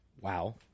Wow